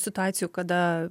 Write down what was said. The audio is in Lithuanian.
situacijų kada